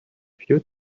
few